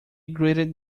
greeted